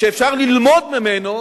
שאפשר ללמוד ממנו